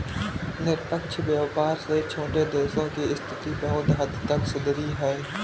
निष्पक्ष व्यापार से छोटे देशों की स्थिति बहुत हद तक सुधरी है